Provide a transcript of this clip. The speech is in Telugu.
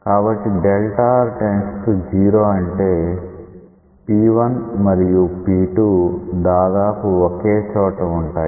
కాబట్టి Δ r →0 అంటే P1 మరియు P2 దాదాపు ఒకే చోట ఉంటాయి